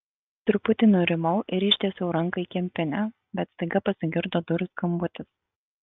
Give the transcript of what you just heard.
truputį nurimau ir ištiesiau ranką į kempinę bet staiga pasigirdo durų skambutis